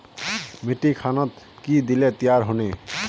मिट्टी खानोक की दिले तैयार होने?